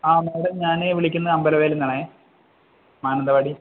ആ മേടം ഞാന് വിളിക്കുന്നത് അമ്പലവയലില് നിന്നാണ് മാനന്തവാടി